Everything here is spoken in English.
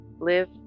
live